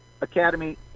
Academy